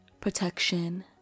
protection